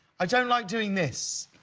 i don't like doing this.